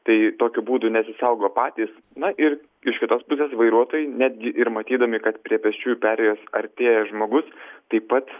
tai tokiu būdu nesisaugo patys na ir iš kitos pusės vairuotojai netgi ir matydami kad prie pėsčiųjų perėjos artėja žmogus taip pat